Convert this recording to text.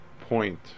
point